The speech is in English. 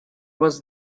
was